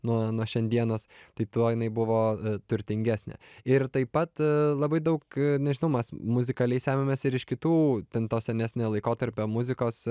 nuo nuo šiandienos tai tuo jinai buvo turtingesnė ir taip pat labai daug nežinau mes muzikaliai semiamės ir iš kitų ten to senesnio laikotarpio muzikos